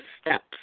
steps